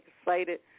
excited